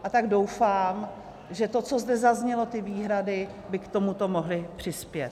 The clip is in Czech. A tak doufám, že to, co zde zaznělo, ty výhrady, by k tomuto mohly přispět.